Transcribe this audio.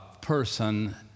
person